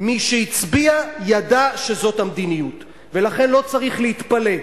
מי שהצביע ידע שזו המדיניות, ולכן לא צריך להתפלא.